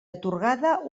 atorgada